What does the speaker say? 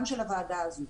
גם של הוועדה הזו,